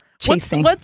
chasing